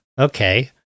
Okay